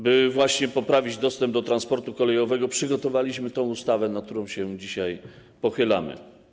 By poprawić dostęp do transportu kolejowego, przygotowaliśmy tę ustawę, nad którą się dzisiaj pochylamy.